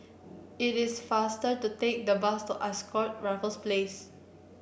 it is faster to take the bus to Ascott Raffles Place